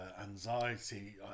anxiety